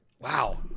wow